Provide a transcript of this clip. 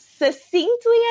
succinctly